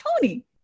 tony